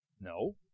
No